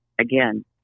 again